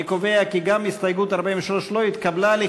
אני קובע כי גם הסתייגות 43 לא התקבלה.